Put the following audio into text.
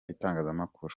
itangazamakuru